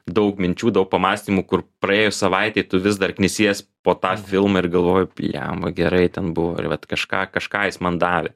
daug minčių daug pamąstymų kur praėjus savaitei tu vis dar knisies po tą filmą ir galvoji bliamba gerai ten buvo ir vat kažką kažką jis man davė